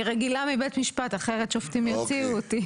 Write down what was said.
אני רגילה מבית משפט, אחרת שופטים יוציאו אותי.